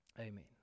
Amen